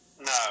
No